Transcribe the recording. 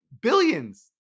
billions